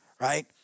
right